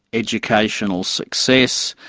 educational success,